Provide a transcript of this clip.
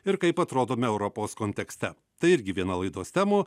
ir kaip atrodome europos kontekste tai irgi viena laidos temų